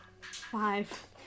five